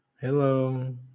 Hello